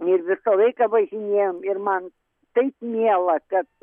ir visą laiką važiniejom ir man taip miela kad